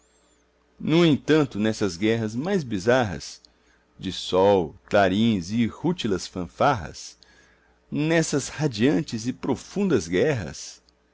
no entanto nessas guerras mais bizarras de sol clarins e rútilas fanfarras nessas radiantes e profundas guerras